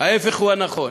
ההפך הוא הנכון,